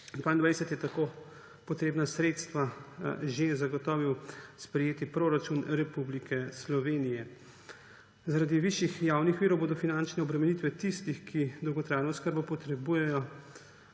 2022 je tako potrebna sredstva že zagotovil sprejeti proračun Republike Slovenije. Zaradi višjih javnih virov bodo finančne obremenitve tistih, ki dolgotrajno oskrbo potrebujejo,